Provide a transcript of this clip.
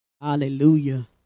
Hallelujah